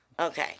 Okay